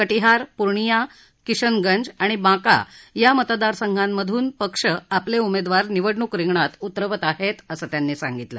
कटिहार पुर्णिया किशनगंज आणि बांका या मतदारसंघांमधून पक्ष आपले उमेदवार निवडणूक रिंगणात उतरवत आहेत असं त्यांनी सांगितलं